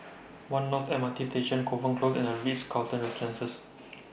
one North M R T Station Kovan Close and The Ritz Carlton Residences